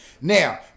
Now